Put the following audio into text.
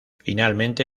finalmente